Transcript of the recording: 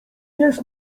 jest